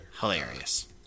Hilarious